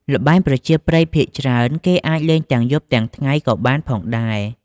ល្បែងប្រជាប្រិយភាគច្រើន គេអាចលេងទាំងយប់ទាំងថ្ងៃក៏បានផងដែរ។